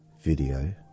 video